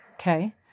Okay